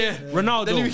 Ronaldo